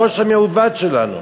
בראש המעוות שלנו.